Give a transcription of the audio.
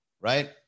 right